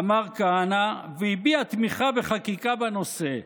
אמר כהנא, והביע תמיכה בחקיקה בנושא.